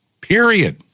Period